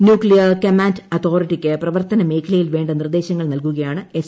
nuclear command അതോറിറ്റിക്ക് പ്രവർത്തനമേഖലയിൽ വേണ്ട നിർദ്ദേശങ്ങൾ നൽകുകയാണ് എസ്